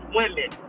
women